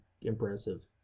impressive